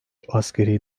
askeri